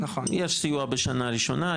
יש סיוע בשנה ראשונה,